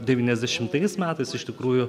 devyniasdešimtais metais iš tikrųjų